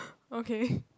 okay